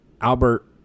Albert